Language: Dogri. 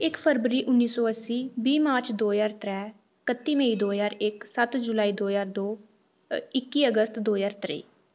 इक्क फरवरी उन्नी सौ अस्सी बीह् मार्च दो ज्हार त्रैऽ कत्ती मई दो ज्हार इक्क सत्त जुलाई दो ज्हार दो ते इक्की अगस्त दो ज्हार त्रेई